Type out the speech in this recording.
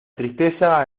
tristeza